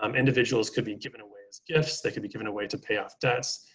um individuals could be given away as gifts, they could be given away to pay off debts,